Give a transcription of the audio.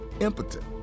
impotent